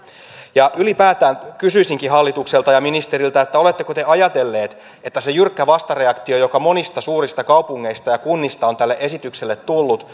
ylipäätään kysyisinkin hallitukselta ja ministeriltä oletteko te ajatelleet että se jyrkkä vastareaktio joka monista suurista kaupungeista ja kunnista on tälle esitykselle tullut